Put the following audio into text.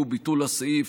והוא ביטול הסעיף